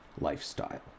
lifestyle